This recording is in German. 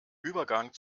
übergang